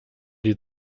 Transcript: die